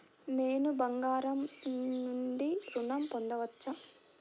నేను బంగారం నుండి ఋణం పొందవచ్చా?